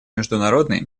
международной